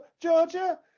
Georgia